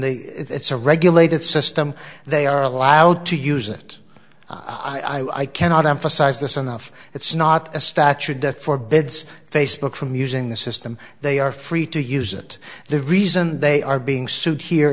the it's a regulated system they are allowed to use it i cannot emphasize this enough it's not a statute death for bids facebook from using the system they are free to use it the reason they are being sued here